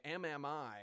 mmi